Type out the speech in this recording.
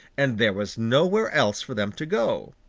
and there was nowhere else for them to go.